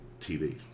TV